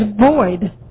void